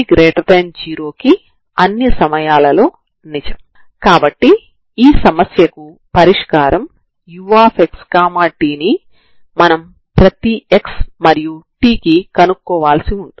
ఈ సరిహద్దు విలువ కలిగిన సమస్య సరళ సమస్య కాబట్టి మీరు దీనిని రెండు సమస్యలుగా విభజించవచ్చు